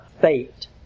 fate